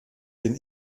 den